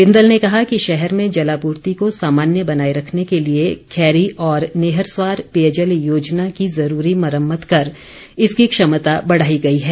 बिंदल ने कहा कि शहर में जलापूर्ति को सामान्य बनाए रखने के लिए खैरी और नेहरस्वार पेयजल योजना की ज़रूरी मुरम्मत कर इसकी क्षमता बढ़ाई गई है